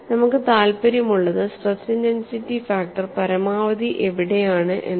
നമുക്ക് താൽപ്പര്യമുള്ളത് stress intensity factor പരമാവധി എവിടെയാണ് എന്നാണ്